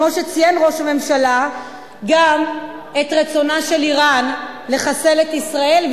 כמו שציין ראש הממשלה גם את רצונה של אירן לחסל את ישראל,